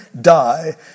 die